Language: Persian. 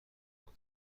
رها